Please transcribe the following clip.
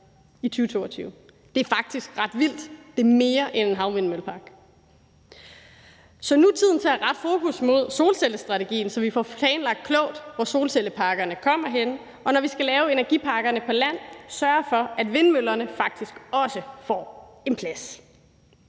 i 2022. Det er faktisk ret vildt; det er mere end en havvindmøllepark. Så nu er tiden til at rette fokus mod solcellestrategien, så vi får planlagt klogt, hvor solcellepakkerne skal være henne, og når vi skal lave energipakkerne på land, skal vi sørge for, at vindmøllerne faktisk også får en plads.